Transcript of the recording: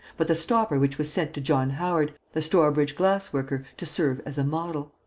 but the stopper which was sent to john howard, the stourbridge glassworker, to serve as a model.